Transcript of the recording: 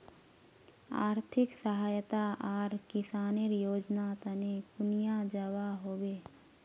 आर्थिक सहायता आर किसानेर योजना तने कुनियाँ जबा होबे?